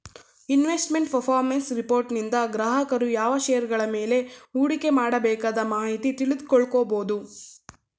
investment performance ರಿಪೋರ್ಟನಿಂದ ಗ್ರಾಹಕರು ಯಾವ ಶೇರುಗಳ ಮೇಲೆ ಹೂಡಿಕೆ ಮಾಡಬೇಕದ ಮಾಹಿತಿ ತಿಳಿದುಕೊಳ್ಳ ಕೊಬೋದು